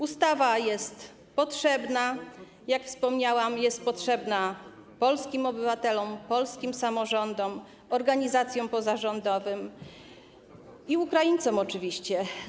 Ustawa jest potrzebna, jak wspomniałam, polskim obywatelom, polskim samorządom, organizacjom pozarządowym i Ukraińcom oczywiście.